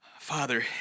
Father